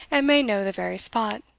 and may know the very spot.